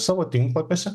savo tinklapiuose